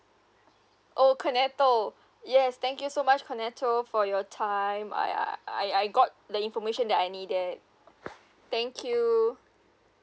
oh koneto yes thank you so much koneto for your time I I I Igot the information that I needed thank you